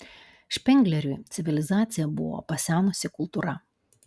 špengleriui civilizacija buvo pasenusi kultūra